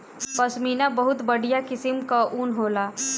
पश्मीना बहुत बढ़िया किसिम कअ ऊन होला